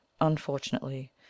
unfortunately